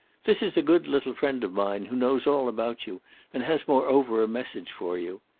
this is a good little friend of mine who knows all about you and has moreover a message for you.